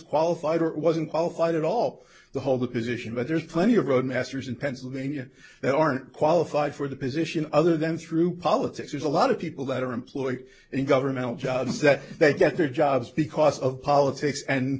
qualified or wasn't qualified at all the hold the position but there's plenty of road masters in pennsylvania that aren't qualified for the position other than through politics there's a lot of people that are employed in government jobs that they get their jobs because of politics and